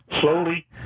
slowly